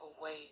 away